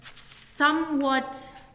somewhat